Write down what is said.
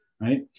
right